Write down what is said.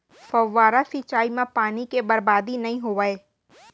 फवारा सिंचई म पानी के बरबादी नइ होवय